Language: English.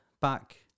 back